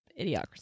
idiocracy